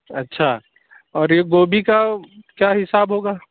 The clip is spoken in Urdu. اچھا اور یہ گوبھی کا کیا حساب ہوگا